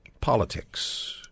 Politics